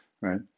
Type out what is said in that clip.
right